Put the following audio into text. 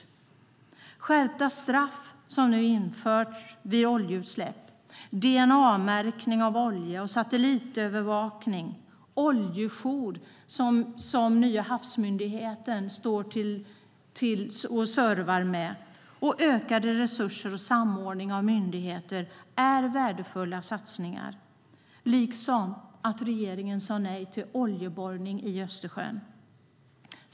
De skärpta straff som nu införts för oljeutsläpp, dna-märkning av olja, satellitövervakning och oljejour som den nya havsmyndigheten servar med samt ökade resurser och samordning av myndigheter är värdefulla satsningar liksom att regeringen sagt nej till oljeborrning i Östersjön.